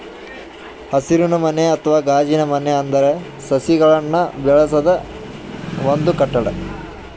ಹಸಿರುಮನೆ ಅಥವಾ ಗಾಜಿನಮನೆ ಅಂದ್ರ ಸಸಿಗಳನ್ನ್ ಬೆಳಸದ್ ಒಂದ್ ಕಟ್ಟಡ